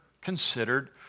considered